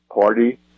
party